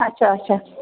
اَچھا اَچھا